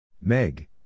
Meg